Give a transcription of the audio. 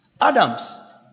Adam's